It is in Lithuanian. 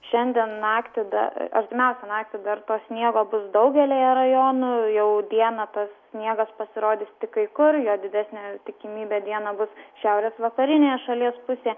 šiandien naktį da artimiausią naktį dar to sniego bus daugelyje rajonų jau dieną tas sniegas pasirodys tik kai kur jo didesnė tikimybė dieną bus šiaurės vakarinėje šalies pusėje